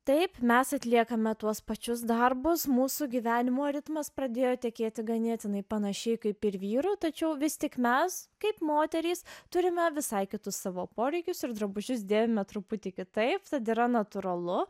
taip mes atliekame tuos pačius darbus mūsų gyvenimo ritmas pradėjo tekėti ganėtinai panašiai kaip ir vyrų tačiau vis tik mes kaip moterys turime visai kitus savo poreikius ir drabužius dėvime truputį kitaip tad yra natūralu